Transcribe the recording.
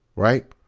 right?